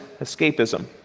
escapism